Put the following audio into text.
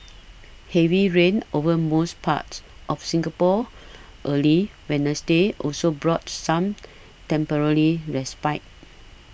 heavy rain over most parts of Singapore early Wednesday also brought some temporary respite